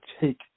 take